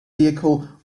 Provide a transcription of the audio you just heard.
vehicle